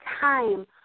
time